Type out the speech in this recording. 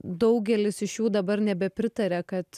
daugelis iš jų dabar nebepritaria kad